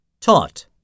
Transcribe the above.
Taught